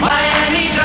Miami